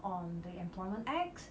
on the employment act